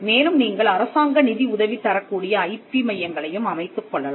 மேலும் நீங்கள் அரசாங்க நிதி உதவி தரக்கூடிய ஐபி மையங்களையும் அமைத்துக்கொள்ளலாம்